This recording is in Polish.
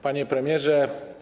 Panie Premierze!